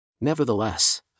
Nevertheless